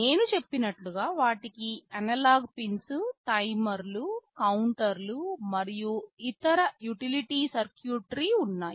నేను చెప్పినట్లుగా వాటికి అనలాగ్ పిన్స్ టైమర్లు కౌంటర్లు మరియు ఇతర యుటిలిటీ సర్క్యూట్రీ ఉన్నాయి